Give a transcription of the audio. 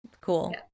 cool